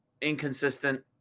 Inconsistent